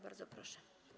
Bardzo proszę.